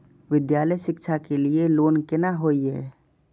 विद्यालय शिक्षा के लिय लोन केना होय ये?